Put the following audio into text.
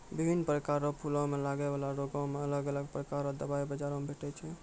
बिभिन्न प्रकार रो फूलो मे लगै बाला रोगो मे अलग अलग प्रकार रो दबाइ बाजार मे भेटै छै